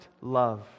love